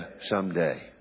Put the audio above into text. someday